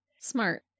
Smart